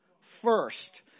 first